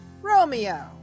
Romeo